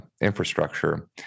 infrastructure